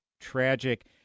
tragic